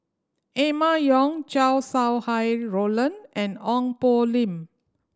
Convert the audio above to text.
Emma Yong Chow Sau Hai Roland and Ong Poh Lim